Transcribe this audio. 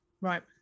Right